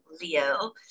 Leo